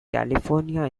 california